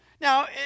Now